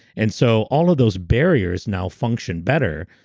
and so all of those barriers now function better,